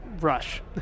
rush